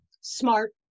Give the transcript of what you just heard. smart